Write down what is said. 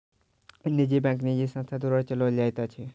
निजी बैंक निजी संस्था द्वारा चलौल जाइत अछि